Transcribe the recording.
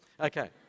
Okay